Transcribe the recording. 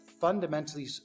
fundamentally